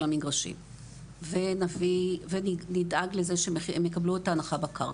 המגרשים ונדאג לזה שהם יקבלו את ההנחה בקרקע,